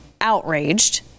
outraged